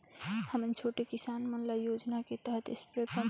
हमन छोटे किसान मन ल योजना के तहत स्प्रे पम्प कइसे मिलही?